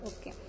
Okay